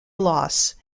loss